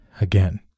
Again